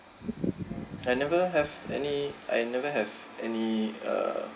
I never have any I never have any uh